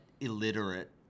illiterate